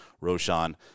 Roshan